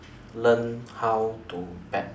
learn how to bat